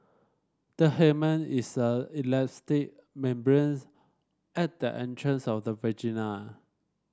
the hymen is an elastic membranes at the entrance of the vagina